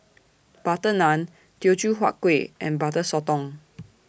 Butter Naan Teochew Huat Kueh and Butter Sotong